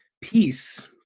peace